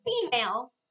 female